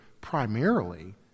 primarily